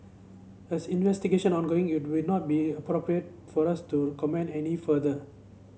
as investigation ongoing it would not be appropriate for us to comment any further